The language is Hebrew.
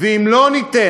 ואם לא ניתן,